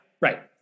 right